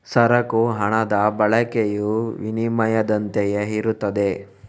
ಸರಕು ಹಣದ ಬಳಕೆಯು ವಿನಿಮಯದಂತೆಯೇ ಇರುತ್ತದೆ